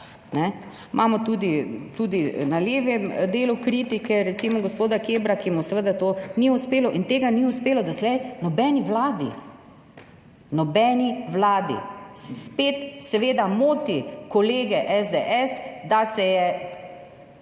Imamo tudi na levem delu kritike, recimo gospoda Kebra, ki mu seveda to ni uspelo, saj tega ni uspelo doslej nobeni vladi. Nobeni vladi! Spet seveda moti kolege iz SDS, da se je